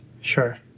Sure